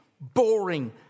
boring